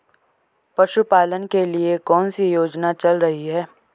पशुपालन के लिए कौन सी योजना चल रही है?